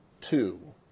two